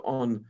on